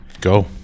go